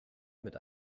mit